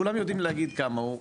כולם יודעים להגיד כמה הוא,